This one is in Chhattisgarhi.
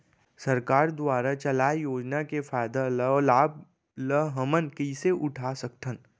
सरकार दुवारा चलाये योजना के फायदा ल लाभ ल हमन कइसे उठा सकथन?